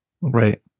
Right